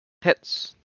Hits